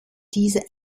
diese